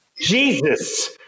jesus